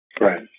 Right